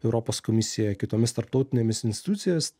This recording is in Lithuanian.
europos komisija kitomis tarptautinėmis institucijos